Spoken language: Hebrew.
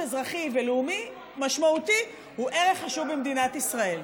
אזרחי ולאומי משמעותי הוא ערך חשוב במדינת ישראל.